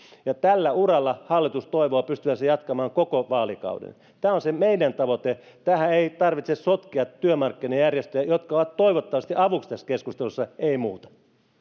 työllistä tällä uralla hallitus toivoo pystyvänsä jatkamaan koko vaalikauden tämä on se meidän tavoitteemme tähän ei tarvitse sotkea työmarkkinajärjestöjä jotka ovat toivottavasti avuksi tässä keskustelussa ei muuta